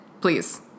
Please